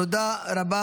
תודה רבה.